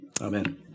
Amen